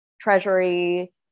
Treasury